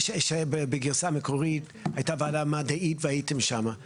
אני יכול להגיד שבגרסה המקורית הייתה ועדה מדעית והייתם שם.